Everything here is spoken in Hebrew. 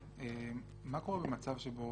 מה קורה במצב שבו